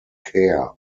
care